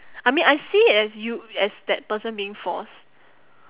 I mean I see it as you as that person being forced